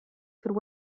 could